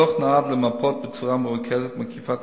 הדוח נועד למפות בצורה מרוכזת ומקיפה את